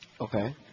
Okay